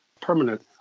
permanent